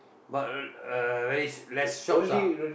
but uh uh very less shops ah